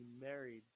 married